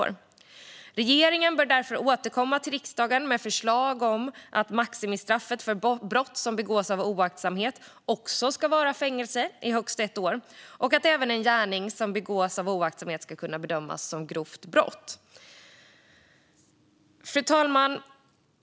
Regeringen bör därför återkomma till riksdagen med förslag om att maximistraffet för brott som begås av oaktsamhet också ska vara fängelse i högst ett år och att även en gärning som begås av oaktsamhet ska kunna bedömas som grovt brott. Fru talman!